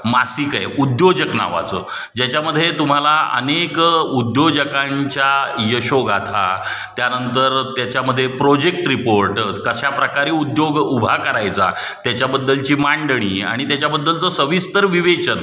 मासिक आहे उद्योजक नावाचं ज्याच्यामध्ये तुम्हाला अनेक उद्योजकांच्या यशोगाथा त्यानंतर त्याच्यामध्ये प्रोजेक्ट रिपोर्ट कशा प्रकारे उद्योग उभा करायचा त्याच्याबद्दलची मांडणी आणि त्याच्याबद्दलचं सविस्तर विवेचन